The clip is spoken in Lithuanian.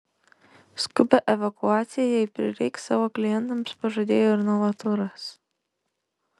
skubią evakuaciją jei prireiks savo klientams pažadėjo ir novaturas